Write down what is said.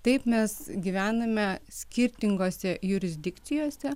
taip mes gyvename skirtingose jurisdikcijose